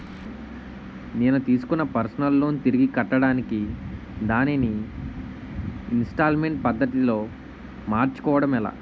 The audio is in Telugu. నేను తిస్కున్న పర్సనల్ లోన్ తిరిగి కట్టడానికి దానిని ఇంస్తాల్మేంట్ పద్ధతి లో మార్చుకోవడం ఎలా?